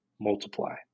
multiply